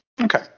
Okay